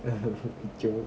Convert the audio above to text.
அய்யோ:aiyayoo